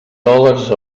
dòlars